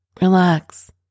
relax